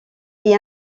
est